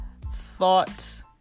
thought